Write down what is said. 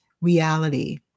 reality